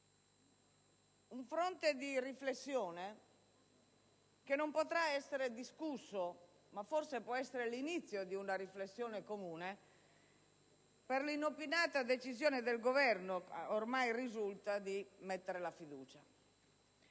un fronte di riflessione che non potrà essere discusso, ma forse può essere l'inizio di una riflessione comune, per l'inopinata decisione del Governo - ormai risulta - di porre la fiducia;